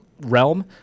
realm